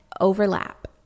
overlap